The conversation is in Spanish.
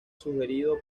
sugerido